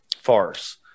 farce